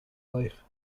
life